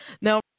Now